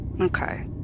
Okay